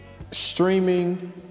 streaming